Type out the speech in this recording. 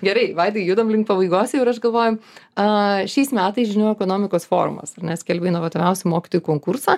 gerai vaidai judam link pabaigos jau ir aš galvoju a šiais metais žinių ekonomikos forumas ar ne skelbia inovatyviausių mokytojų konkursą